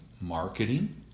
marketing